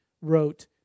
wrote